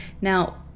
Now